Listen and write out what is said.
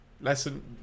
Lesson